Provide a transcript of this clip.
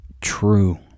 True